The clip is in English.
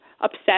upset